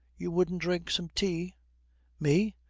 you wouldn't drink some tea me!